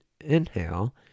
inhale